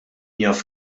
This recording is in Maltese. jaf